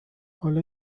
حالا